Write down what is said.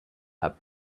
but